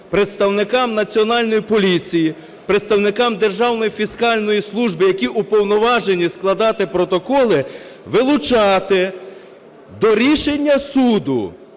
представникам Національної поліції, представникам Державної фіскальної служби, які уповноважені складати протоколи, вилучати до рішення суду